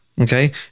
Okay